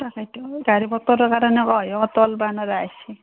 তাকেতো গাড়ী মটৰৰ কাৰণে অ'ট আইব নৰা হৈছি